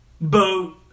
boat